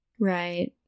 Right